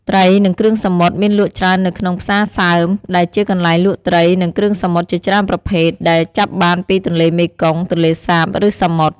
ត្រី និងគ្រឿងសមុទ្រ មានលក់ច្រើននៅក្នុង "ផ្សារសើម" ដែលជាកន្លែងលក់ត្រី និងគ្រឿងសមុទ្រជាច្រើនប្រភេទ ដែលចាប់បានពីទន្លេមេគង្គ ទន្លេសាប ឬសមុទ្រ។